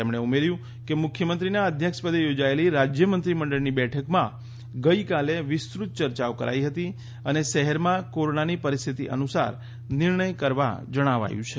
તેમણે ઉમેર્થું કે મુખ્યમંત્રીના અધ્યક્ષપદે યોજાયેલી રાજય મંત્રીમંડળની બેઠકમાં ગઇકાલે વિસ્તૃત યર્યાઓ કરાઈ હતી અને શહેરમાં કોરોનાની પરિસ્થિતિ અનુસાર નિર્ણય કરવા જણાવાયુ છે